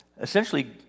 essentially